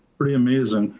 pretty amazing.